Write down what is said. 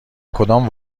کدام